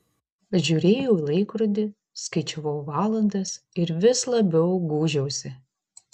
žiūrėjau į laikrodį skaičiavau valandas ir vis labiau gūžiausi